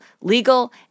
legal